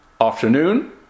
afternoon